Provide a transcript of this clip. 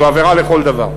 זו עבירה לכל דבר.